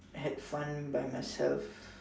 had fun by myself